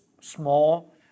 small